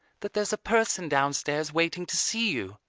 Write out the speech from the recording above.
that there's a person downstairs waiting to see you.